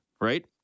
right